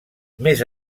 més